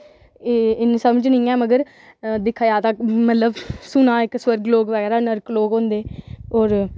इन्नी समझ नी ऐ पर दिक्खेआ जा ते सुना ऐ इक सवर्न लोग इक नर्क लोग होंदे होर